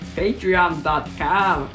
patreon.com